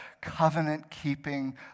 covenant-keeping